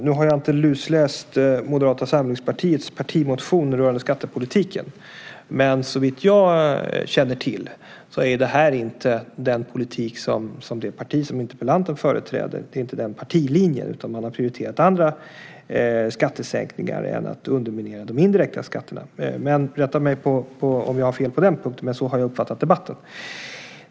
Nu har jag inte lusläst Moderata samlingspartiets partimotion rörande skattepolitiken, men såvitt jag känner till är det här inte den politik och den partilinje som det parti som interpellanten företräder har, utan man har prioriterat andra skattesänkningar i stället för att underminera de indirekta skatterna. Rätta mig om jag har fel på den punkten, men så har jag uppfattat debatten.